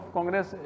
Congress